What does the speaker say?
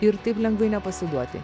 ir taip lengvai nepasiduoti